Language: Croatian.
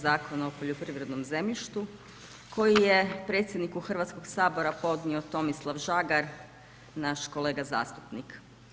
Zakona o poljoprivrednom zemljištu koji je predsjedniku Hrvatskoga sabora podnio Tomislav Žagar, naš kolega zastupnik.